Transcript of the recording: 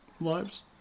lives